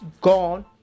gone